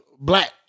black